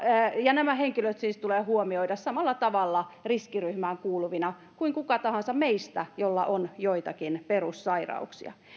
ja nämä henkilöt siis tulee huomioida samalla tavalla riskiryhmään kuuluvina kuin kuka tahansa meistä jolla on joitakin perussairauksia